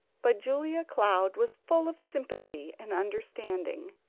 but julia cloud was full of sympathy and understanding,